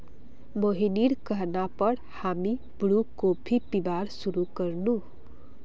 मोहिनीर कहना पर हामी ब्रू कॉफी पीबार शुरू कर नु